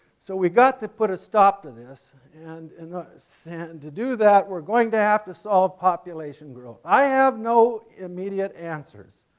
so we've got to put a stop to this and and and to do that we're going to have to solve population growth. i have no immediate answers.